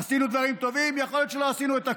עשינו דברים טובים, יכול להיות שלא עשינו את הכול.